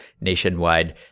nationwide